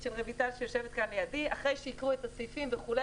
של רויטל רז שיושבת פה לידי אחרי שהוקראו הסעיפים וכו',